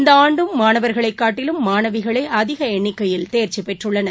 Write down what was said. இந்தஆண்டும் மாணவர்களைக் காட்டிலும் மாணவிகளேஅதிகஎண்ணிக்கையில் தேர்ச்சிப் பெற்றுள்ளனர்